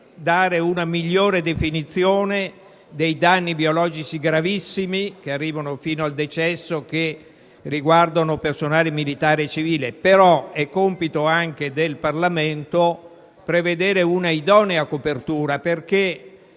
dare una migliore definizione dei danni biologici gravissimi, che arrivano fino al decesso, che riguardano personale militare e civile, però è compito anche del Parlamento prevedere una idonea copertura, perché